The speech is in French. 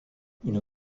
une